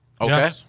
Okay